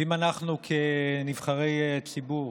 ואם אנחנו כנבחרי ציבור